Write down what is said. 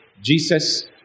Jesus